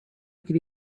could